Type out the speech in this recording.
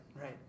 Right